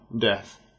Death